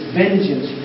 vengeance